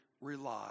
rely